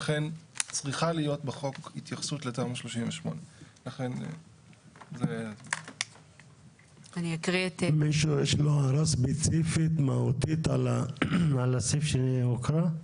לכן צריכה להיות בחוק התייחסות לתמ"א 38. למישהו יש הערה ספציפית מהותית על הסעיף שהוקרא?